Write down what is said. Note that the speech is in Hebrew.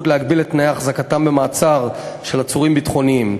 להגביל את תנאי החזקתם במעצר של עצורים ביטחוניים.